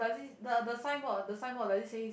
does it the the signboard the signboard does it says